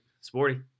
Sporty